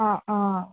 অঁ অঁ